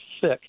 sick